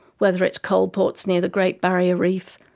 whether it is coal ports near the great barrier reef,